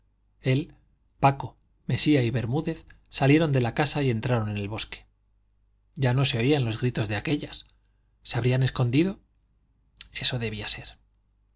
él paco mesía y bermúdez salieron de la casa y entraron en el bosque ya no se oían los gritos de aquellas se habrían escondido eso debía de ser